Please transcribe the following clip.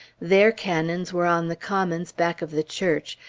their cannon were on the commons back of the church,